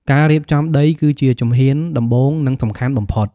ការរៀបចំដីគឺជាជំហានដំបូង និងសំខាន់បំផុត។